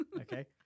Okay